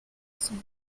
sont